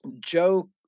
Joe